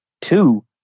two